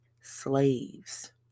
slaves